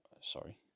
sorry